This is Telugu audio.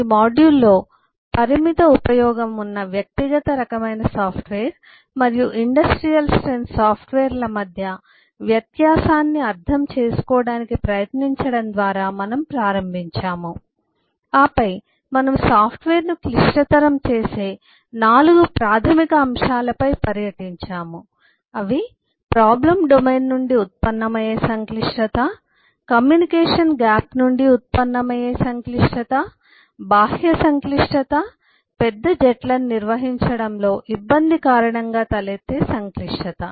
ఈ మాడ్యూల్లో పరిమిత ఉపయోగం ఉన్న వ్యక్తిగత రకమైన సాఫ్ట్వేర్ మరియు ఇండస్ట్రియల్ స్ట్రెంత్ సాఫ్ట్వేర్ల మధ్య వ్యత్యాసాన్ని అర్థం చేసుకోవడానికి ప్రయత్నించడం ద్వారా మనము ప్రారంభించాము ఆపై మనము సాఫ్ట్వేర్ను క్లిష్టతరం చేసే 4 ప్రాథమిక అంశాలపై పర్యటించాము ఇది ప్రాబ్లం డొమైన్ నుండి ఉత్పన్నమయ్యే సంక్లిష్టత కమ్యూనికేషన్ గ్యాప్ నుండి ఉత్పన్నమయ్యే సంక్లిష్టత బాహ్య సంక్లిష్టత పెద్ద జట్లను నిర్వహించడంలో ఇబ్బంది కారణంగా తలెత్తే సంక్లిష్టత